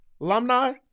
Alumni